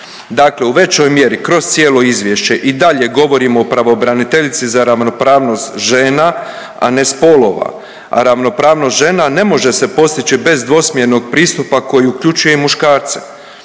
Dakle u većoj mjeri kroz cijelo izvješće i dalje govorimo o pravobraniteljici za ravnopravnost žena, a ne spolova. Ravnopravnost žena ne može se postići bez dvosmjernog pristupa koji uključuje i muškarce.